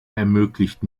ermöglicht